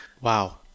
Wow